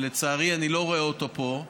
שלצערי אני לא רואה אותו פה,